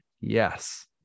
Yes